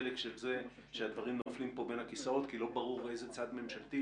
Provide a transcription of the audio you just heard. חלק מזה שהדברים נופלים פה בין הכיסאות כי לא ברור איזה צד ממשלתי